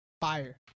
Fire